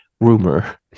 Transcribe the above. rumor